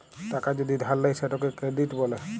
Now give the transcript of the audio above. টাকা যদি ধার লেয় সেটকে কেরডিট ব্যলে